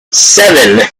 seven